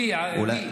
מי?